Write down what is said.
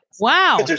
Wow